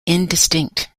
indistinct